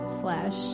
flesh